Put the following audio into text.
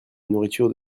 nourriture